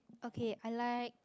okay i like